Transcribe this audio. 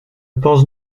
pense